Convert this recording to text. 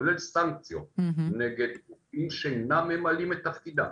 כולל סנקציות נגד מי שאינם ממלאים את תפקידים,